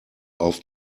auf